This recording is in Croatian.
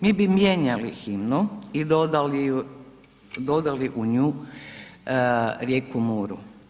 Mi bi mijenjali himnu i dodali u nju rijeku Muru.